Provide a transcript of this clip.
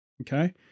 okay